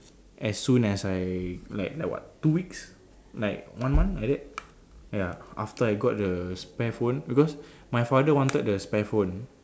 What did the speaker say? as soon as I like like what two weeks like one month like that ya after I gotten the spare phone because my father wanted the spare phone